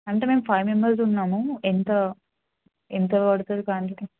అంటే మేం five members ఉన్నాము ఎంత ఎంత పడుతుంది క్వాంటిటీ